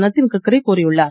நித்தின் கட்கரி கூறியுள்ளார்